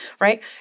Right